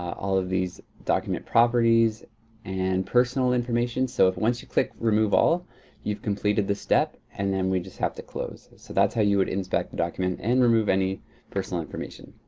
all of these document properties and personal information. so, once you click remove all you've completed this step. and then we just have to close. so that's how you would inspect the document and remove any personal information.